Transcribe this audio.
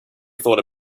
thought